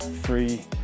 three